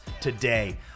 today